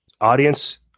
audience